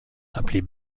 appelés